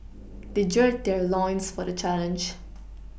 they geode their loins for the challenge